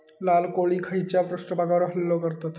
लाल कोळी खैच्या पृष्ठभागावर हल्लो करतत?